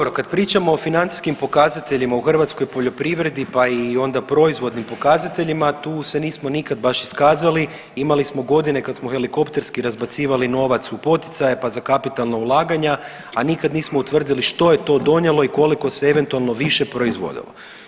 Dobro, kad pričamo o financijskim pokazateljima u hrvatskoj poljoprivredi, pa i onda proizvodnim pokazateljima tu se nismo nikad baš iskazali, imali smo godine kad smo helikopterski razbacivali novac u poticaje, pa za kapitalna ulaganja, a nikad nismo utvrdili što je to donijelo i koliko se eventualno više proizvodilo.